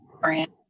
brand